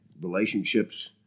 relationships